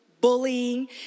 bullying